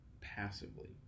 passively